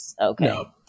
Okay